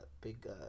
big